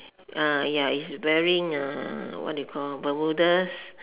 ah ya is wearing a what do you call bermudas